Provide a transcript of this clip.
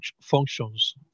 functions